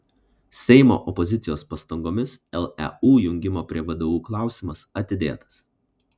seimo opozicijos pastangomis leu jungimo prie vdu klausimas atidėtas